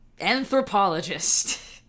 anthropologist